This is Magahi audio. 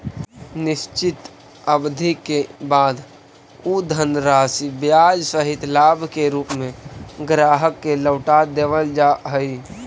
निश्चित अवधि के बाद उ धनराशि ब्याज सहित लाभ के रूप में ग्राहक के लौटा देवल जा हई